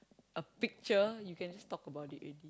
a picture you can talk about it already